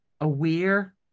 aware